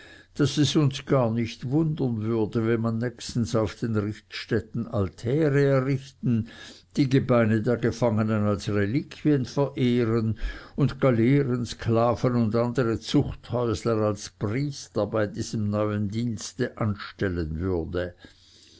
daß es uns gar nicht wundern würde wenn man nächstens auf den richtstätten altäre errichten die gebeine der gefangenen als reliquien verehren und galeerensklaven und andere zuchthäusler als priester bei diesem neuen dienste anstellen würde